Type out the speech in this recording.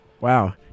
Wow